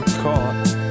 caught